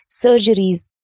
surgeries